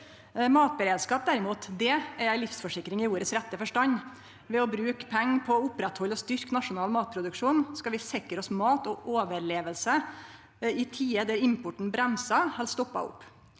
Matberedskap er derimot ei livsforsikring i ordets rette forstand. Ved å bruke pengar på å oppretthalde og styrkje nasjonal matproduksjon skal vi sikre oss mat og overleving i tider der importen bremsar eller stoppar opp.